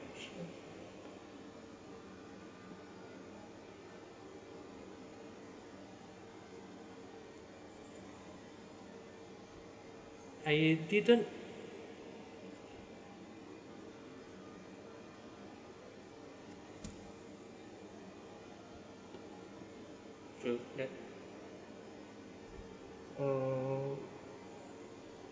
I didn't uh